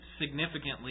significantly